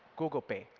google pay.